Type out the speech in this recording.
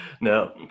No